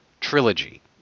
trilogy